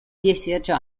dieciocho